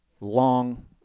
Long